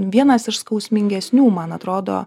vienas iš skausmingesnių man atrodo